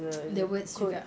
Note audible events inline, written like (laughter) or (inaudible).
(noise) the words juga